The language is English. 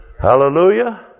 Hallelujah